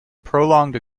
prolonged